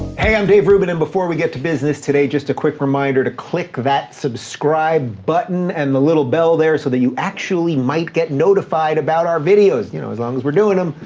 hey, i'm dave rubin, and before we get to business today, just a quick reminder to click that subscribe button and the little bell there so that you actually might get notified about our videos. you know, as long as we're doing em,